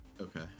Okay